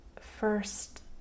first